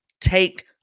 Take